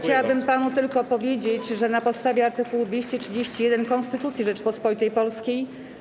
Chciałabym panu tylko powiedzieć, że na podstawie art. 231 Konstytucji Rzeczypospolitej Polskiej: